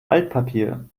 altpapier